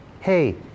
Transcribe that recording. hey